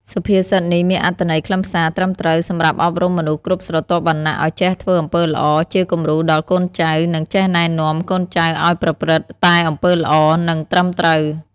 សុភាសិតនេះមានអត្ថន័យខ្លឹមសារ ត្រឹមត្រូវ សំរាប់អប់រំមនុស្សគ្រប់ស្រទាប់វណ្ណៈ ឲ្យចេះធ្វើអំពើល្អ ជាគំរូដល់កូនចៅ និងចេះណែនាំកូនចៅអោយប្រព្រឹត្តតែអំពើល្អ និងត្រឹមត្រូវ។